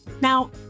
Now